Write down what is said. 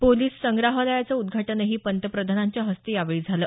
police संग्रहालयाचं उद्घाटनही पंतप्रधानांच्या हस्ते यावेळी झालं